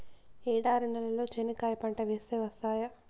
ఎడారి నేలలో చెనక్కాయ పంట వేస్తే వస్తాయా?